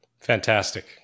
Fantastic